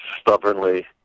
stubbornly